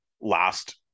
last